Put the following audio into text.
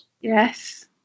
Yes